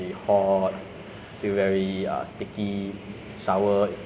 news or just look at some other random post lor by